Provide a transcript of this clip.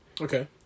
Okay